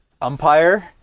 umpire